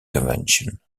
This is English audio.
convention